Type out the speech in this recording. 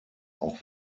auch